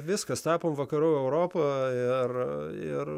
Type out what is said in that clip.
viskas tapo vakarų europa ir